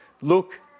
look